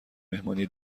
مهمانی